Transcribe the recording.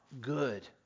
good